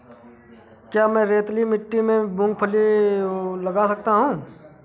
क्या मैं रेतीली मिट्टी में मूँगफली लगा सकता हूँ?